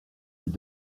elle